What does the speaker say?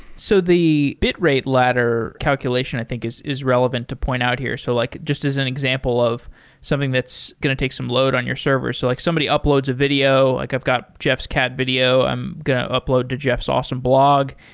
so the bitrate ladder calculation i think is is relevant to point out here. so like just as an example of something that's going to take some load on your server, so like somebody uploads a video, like i've got jeff's cat video. i'm going to upload to jeff's awesome blog,